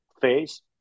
phase